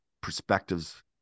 perspectives